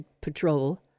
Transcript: Patrol